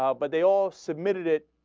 ah but they all submitted it